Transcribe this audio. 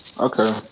Okay